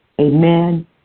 amen